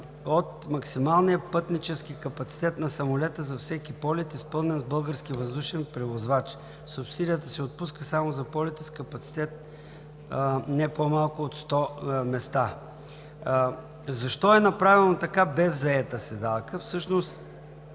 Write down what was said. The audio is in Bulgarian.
от максималния пътнически капацитет на самолета за всеки полет, изпълнен с български въздушен превозвач. Субсидията се отпуска само за полети с капацитет не по-малко от 100 места.“ Защо е направено така, без заета седалка? Всъщност